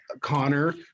connor